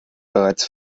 bereits